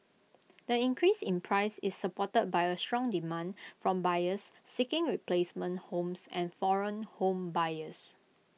the increase in price is supported by A strong demand from buyers seeking replacement homes and foreign home buyers